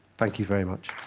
thank you very much.